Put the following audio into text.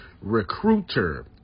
Recruiter